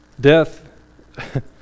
death